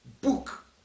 book